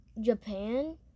Japan